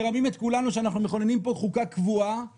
מרמים את כולנו שאנחנו מכוננים פה חוקה קבועה כביכול,